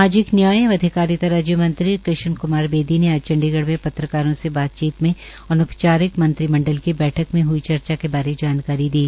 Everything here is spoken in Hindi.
सामाजिक न्याय एवं सहकारिता राज्य मंत्रीकृष्ण कुमार बेदी ने आज चंडीगढ़ में पत्रकारों से बातचीत में अनौपचारिक मंत्रिमंडल की बैठक में हड़ चर्चा के बारे भी जानकारी दी